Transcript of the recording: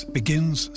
begins